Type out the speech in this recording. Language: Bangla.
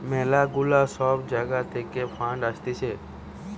ম্যালা গুলা সব জাগা থাকে ফান্ড আসতিছে